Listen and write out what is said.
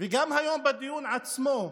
גם היום, בדיון עצמו,